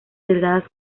delgadas